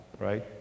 right